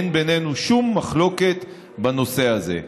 אין בינינו שום מחלוקת בנושא הזה.